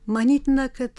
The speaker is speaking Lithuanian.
manytina kad